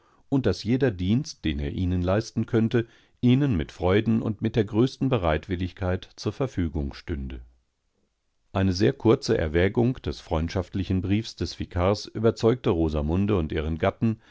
und daß jeder dienst den er ihnen leistenkönnte ihnenmitfreundenundmitdergrößtenbereitwilligkeitzurverfügung stünde eine sehr kurze erwägung des freundschaftlichen briefs des vikars überzeugte rosamunde und ihren gatten